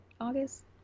august